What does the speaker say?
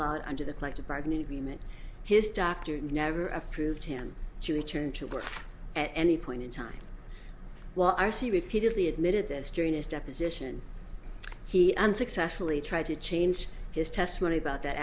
lot under the collective bargaining agreement his doctor never approved him to return to work at any point in time well i see repeatedly admitted this during his deposition he unsuccessfully tried to change his testimony about that